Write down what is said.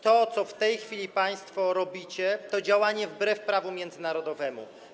To, co w tej chwili państwo robicie, to działanie wbrew prawu międzynarodowemu.